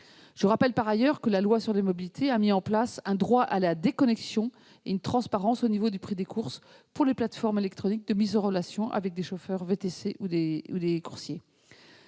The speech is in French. Je rappelle par ailleurs que la loi sur les mobilités a mis en place le droit à la déconnexion et la transparence du prix des courses, pour les plateformes électroniques de mise en relation avec des VTC ou des coursiers.